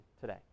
today